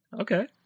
Okay